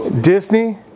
Disney